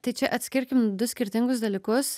tai čia atskirkim du skirtingus dalykus